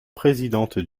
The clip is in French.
présidente